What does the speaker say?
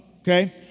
okay